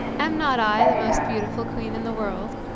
am not i the most beautiful queen in the world?